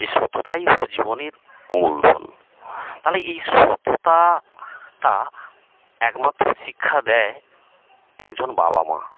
এই সততাই হল জীবনের মূলধন তাহলে এই সততাটা একমাত্র শিক্ষা দেয় একজন বাবা মা